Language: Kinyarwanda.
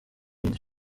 yindi